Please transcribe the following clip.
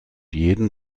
jeden